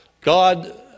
God